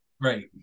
right